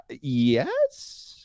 Yes